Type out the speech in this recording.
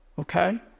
okay